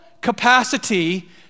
capacity